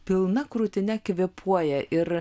pilna krūtine kvėpuoja ir